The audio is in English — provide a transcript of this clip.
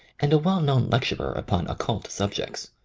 and a well-known lecturer upon occult subjects.